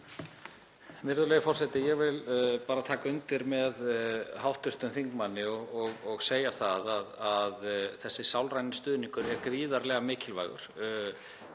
Virðulegi forseti. Ég vil bara taka undir með hv. þingmanni og segja að þessi sálræni stuðningur er gríðarlega mikilvægur